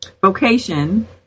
vocation